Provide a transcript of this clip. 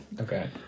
Okay